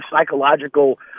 psychological